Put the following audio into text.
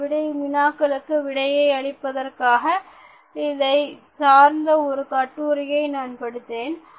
இந்த வினாக்களுக்கு விடையை காண்பதற்காக இதை சார்ந்த ஒரு கட்டுரையை நான் படித்தேன்